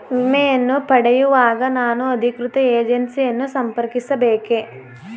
ವಿಮೆಯನ್ನು ಪಡೆಯುವಾಗ ನಾನು ಅಧಿಕೃತ ಏಜೆನ್ಸಿ ಯನ್ನು ಸಂಪರ್ಕಿಸ ಬೇಕೇ?